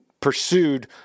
pursued